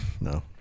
No